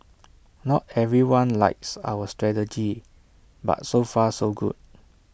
not everyone likes our strategy but so far so good